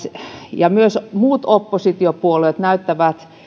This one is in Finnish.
ja myös muut oppositiopuolueet näyttävät